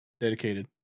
Dedicated